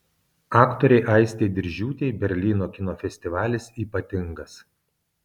aktorei aistei diržiūtei berlyno kino festivalis ypatingas